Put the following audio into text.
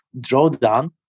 drawdown